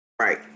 Right